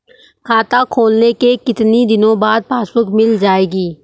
खाता खोलने के कितनी दिनो बाद पासबुक मिल जाएगी?